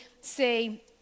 say